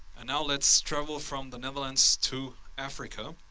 and now let's travel from the netherlands to africa.